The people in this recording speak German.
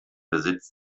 besitz